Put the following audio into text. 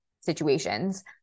situations